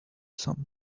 some